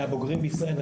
מהבוגרים בישראל,